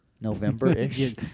November-ish